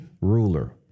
ruler